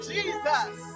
Jesus